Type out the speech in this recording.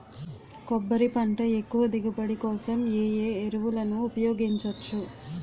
కొబ్బరి పంట ఎక్కువ దిగుబడి కోసం ఏ ఏ ఎరువులను ఉపయోగించచ్చు?